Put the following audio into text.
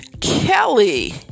kelly